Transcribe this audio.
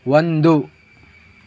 ಒಂದು